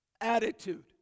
attitude